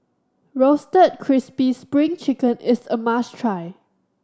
Roasted Crispy Spring Chicken is a must try